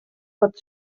pot